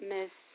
Miss